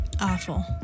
Awful